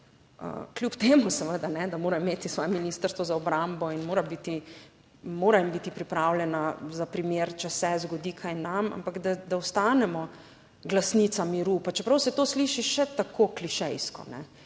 Kljub temu seveda, da mora imeti svoje Ministrstvo za obrambo in mora biti, mora biti pripravljena za primer, če se zgodi kaj nam, ampak da ostanemo glasnica miru, pa čeprav se to sliši še tako klišejsko.